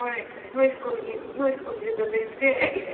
ꯍꯣꯏ ꯅꯣꯏ ꯁ꯭ꯀꯨꯜꯒꯤ ꯅꯣꯏ ꯁ꯭ꯀꯨꯜꯒꯤꯗ ꯂꯩꯕꯅꯦ